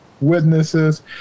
witnesses